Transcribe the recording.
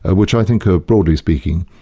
ah which i think are broadly speaking,